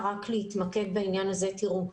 תראו,